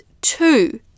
two